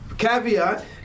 caveat